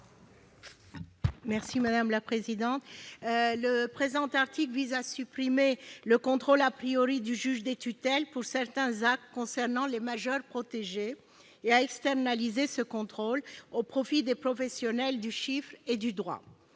Benbassa, sur l'article. Le présent article vise à supprimer le contrôle du juge des tutelles pour certains actes concernant les majeurs protégés et à externaliser ce contrôle au profit des professionnels du chiffre et du droit.